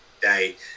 day